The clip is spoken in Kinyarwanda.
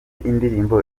indirimbo